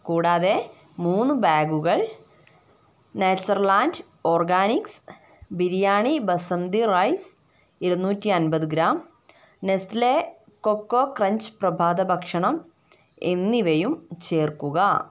കൂടാതെ മൂന്ന് ബാഗുകൾ Nature Land Organics biryani basmati rice ഇരുനൂറ്റി അൻപത് ഗ്രാം നെസ്ലെ കൊക്കോ ക്രഞ്ച് പ്രഭാതഭക്ഷണം എന്നിവയും ചേർക്കുക